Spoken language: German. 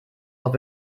auch